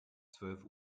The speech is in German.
zwölf